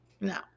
No